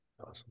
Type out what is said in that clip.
awesome